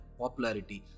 popularity